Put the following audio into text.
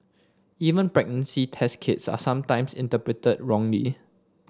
even pregnancy test kits are sometimes interpreted wrongly